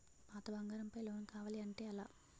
పాత బంగారం పై లోన్ కావాలి అంటే ఎలా?